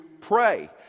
pray